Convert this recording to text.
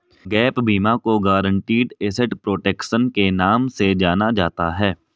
gap बीमा को guaranteed asset protection के नाम से जाना जाता है